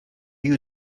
you